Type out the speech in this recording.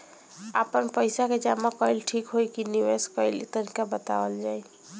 आपन पइसा के जमा कइल ठीक होई की निवेस कइल तइका बतावल जाई?